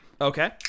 Okay